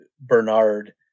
Bernard